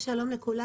שלום לכולם.